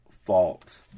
fault